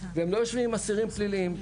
והם לא יושבים עם אסירים פליליים,